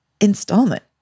installment